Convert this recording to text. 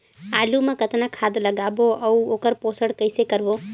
आलू मा कतना खाद लगाबो अउ ओकर पोषण कइसे करबो?